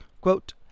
quote